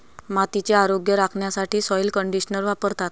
मातीचे आरोग्य राखण्यासाठी सॉइल कंडिशनर वापरतात